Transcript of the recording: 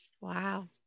Wow